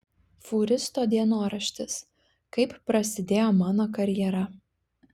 fūristo dienoraštis kaip prasidėjo mano karjera